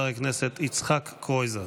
חבר הכנסת יצחק קרויזר.